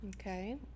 Okay